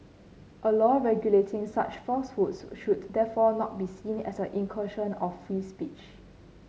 a law regulating such falsehoods should therefore not be seen as an incursion of free speech